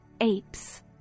apes